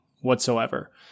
whatsoever